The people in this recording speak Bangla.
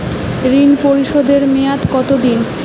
ঋণ পরিশোধের মেয়াদ কত দিন?